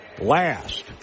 last